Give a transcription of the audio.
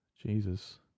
Jesus